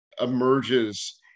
emerges